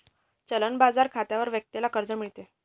चलन बाजार खात्यावर व्यक्तीला कर्ज मिळते